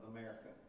America